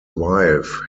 wife